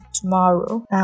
tomorrow